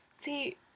See